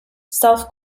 self